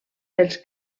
els